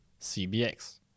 CBX